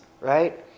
right